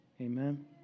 Amen